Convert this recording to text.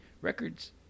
Records